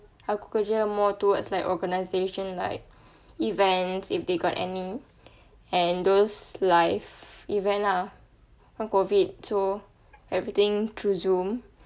aku kerja more towards like organization like events if they got any and those live event lah after COVID so everything resume